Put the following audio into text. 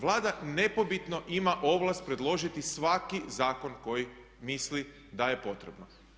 Vlada nepobitno ima ovlast predložiti svaki zakon koji misli da je potrebno.